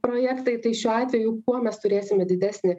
projektai tai šiuo atveju kuo mes turėsime didesnį